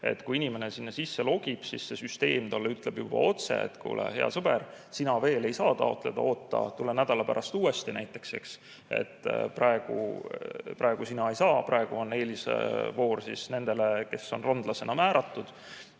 kui inimene sinna sisse logib, siis süsteem ütleb talle juba otse, et kuule, hea sõber, sina veel ei saa taotleda, oota, tule nädala pärast uuesti näiteks, eks, praegu sina ei saa, eelisvoor on nendele, kes on randlasena määratletud.